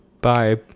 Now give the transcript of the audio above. bye